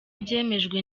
byemejwe